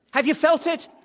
have you felt it?